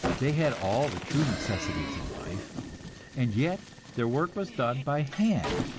they had all the true necessities of life and yet their work was done by hand,